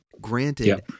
granted